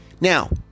now